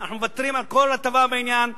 אנחנו מוותרים על כל הטבה בעניין,